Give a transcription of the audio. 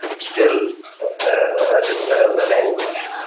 still i didn't learn the language.